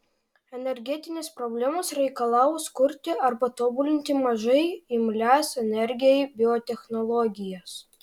energetinės problemos reikalaus kurti arba tobulinti mažai imlias energijai biotechnologijas